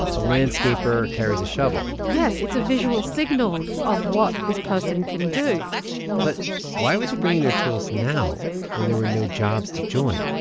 a landscaper carries a shovel yes. it's a visual signal of what this person can do but why were they bringing their tools now when there were no jobs to join?